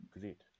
Great